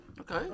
Okay